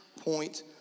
point